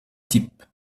type